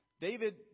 David